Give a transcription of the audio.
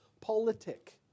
politic